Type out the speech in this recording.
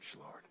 Lord